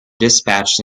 dispatched